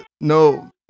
No